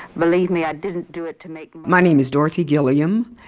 believe me. i didn't do it to make. my name is dorothy gilliam,